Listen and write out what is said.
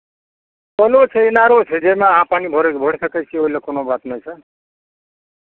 कलो छै इनारो छै जाहिमे अहाँ पानि भरयके भरि सकै छी ओहि लए कोनो बात नहि छै